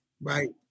Right